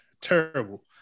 Terrible